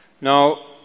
now